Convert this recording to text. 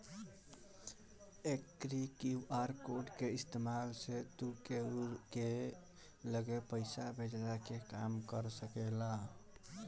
एकरी QR code के इस्तेमाल से तू केहू के लगे पईसा भेजला के काम कर सकेला